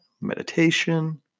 meditation